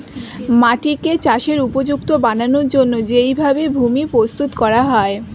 মাটিকে চাষের উপযুক্ত বানানোর জন্যে যেই ভাবে ভূমি প্রস্তুত করা হয়